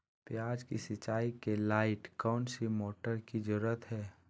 प्याज की सिंचाई के लाइट कौन सी मोटर की जरूरत है?